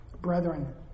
Brethren